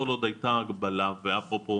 כל עוד הייתה הגבלה ואפרופו